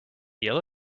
yellow